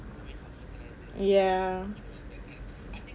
ya